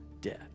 death